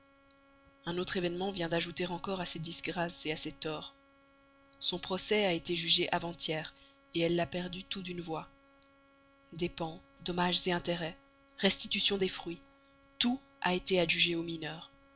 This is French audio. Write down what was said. un autre événement vient d'ajouter encore à ses disgrâces à ses torts son procès a été jugé avant-hier elle l'a perdu tout d'une voix dépens dommages intérêts restitution des fruits tout a été adjugé aux mineurs